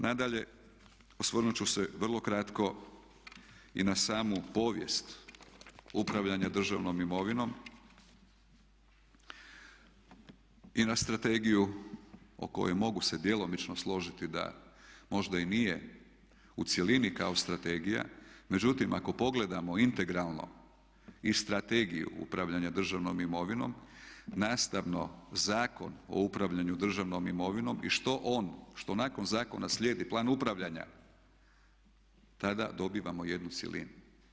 Nadalje osvrnut ću se vrlo kratko i na samu povijest upravljanja državnom imovinom i na strategiju o kojoj mogu se djelomično složiti da možda i nije u cjelini kao strategija međutim ako pogledamo integralno i Strategiju upravljanja državnom imovinom nastavno Zakon o upravljanju državnom imovinom i što on, što nakon zakona slijedi plan upravljanja tada dobivamo jednu cjelinu.